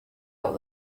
out